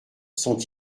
sont